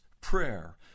prayer